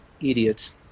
idiots